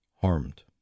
harmed